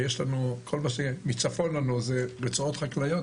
וכל מה שמצפון לנו אלה רצועות חקלאיות.